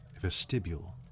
Vestibule